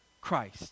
Christ